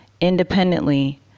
independently